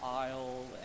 aisle